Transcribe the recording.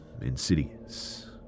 insidious